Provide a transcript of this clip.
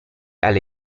alle